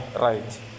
right